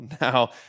now